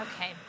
Okay